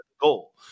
goal